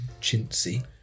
chintzy